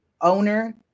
owner